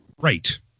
Right